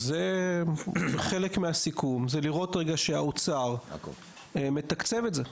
חלק מהסיכום זה לראות רגע שהאוצר מתקצב את זה.